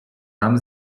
tam